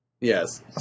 Yes